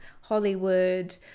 hollywood